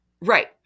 Right